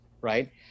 right